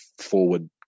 forward